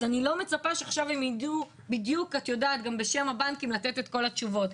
אז אני לא מצפה שעכשיו הם ידעו גם בשם הבנקים לתת את כל התשובות,